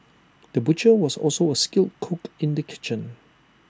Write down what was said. the butcher was also A skilled cook in the kitchen